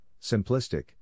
simplistic